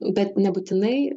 bet nebūtinai